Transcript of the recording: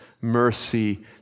mercy